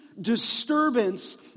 disturbance